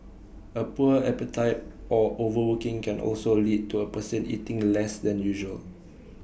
A poor appetite or overworking can also lead to A person eating less than usual